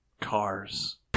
Cars